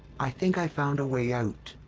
i think i found a way out.